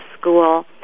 school